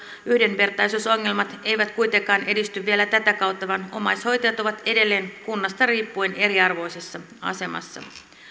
yhdenvertaisuusongelmat eivät kuitenkaan edisty vielä tätä kautta vaan omaishoitajat ovat edelleen kunnasta riippuen eriarvoisessa asemassa